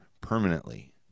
permanently